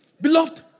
Beloved